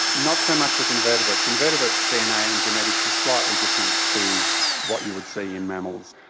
not so much with invertebrates. invertebrate dna and genetics is slightly different to what you would see in mammals.